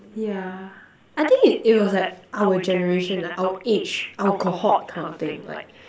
yeah I think it it was like our generation like our age our cohort kind of thing like